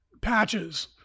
patches